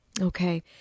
Okay